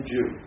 Jew